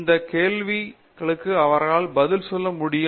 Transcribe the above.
இந்த கேள்விகளுக்கு அவர்களால் பதில் சொல்ல முடியும்